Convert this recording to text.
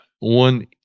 One